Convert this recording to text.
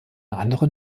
anderen